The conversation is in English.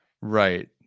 right